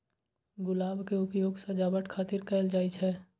गुलाब के उपयोग सजावट खातिर कैल जाइ छै